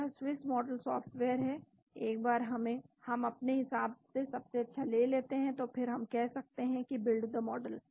यह Swiss model software है एक बार हम अपने हिसाब से सबसे अच्छा ले लेते हैं तो फिर हम कह सकते हैं कि बिल्ड द मॉडल